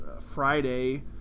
friday